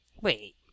Wait